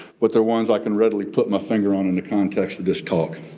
but they're ones i can readily put my finger on in the context of this talk.